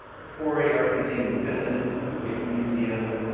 the pori art museum in finland, the whitney museum,